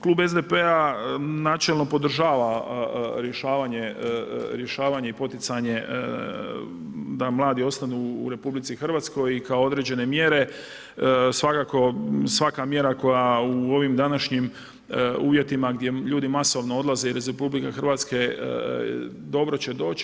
Klub SDP-a načelno podržava rješavanje i poticanje da mladi ostanu u RH i kao određene mjere svakako svaka mjera koja u ovim današnjim uvjetima gdje ljudi masovno odlaze iz RH dobro će doći.